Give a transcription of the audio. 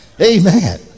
Amen